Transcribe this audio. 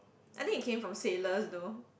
I think it came from sailors though